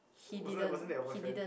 wasn't that wasn't that your boyfriend